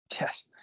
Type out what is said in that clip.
Yes